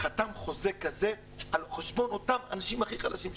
הוא חתם חוזה כזה על חשבון אותם אנשים הכי חלשים שיש,